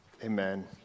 Amen